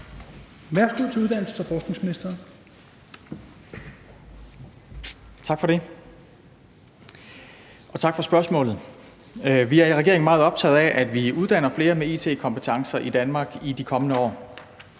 Kl. 13:59 Uddannelses- og forskningsministeren (Jesper Petersen): Tak for det, og tak for spørgsmålet. Vi er i regeringen meget optagede af, at vi uddanner flere med it-kompetencer i Danmark i de kommende år.